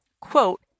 quote